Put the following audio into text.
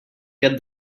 get